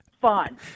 fun